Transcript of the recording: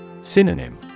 Synonym